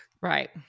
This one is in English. Right